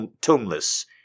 tombless